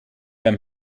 beim